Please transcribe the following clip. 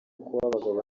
kuba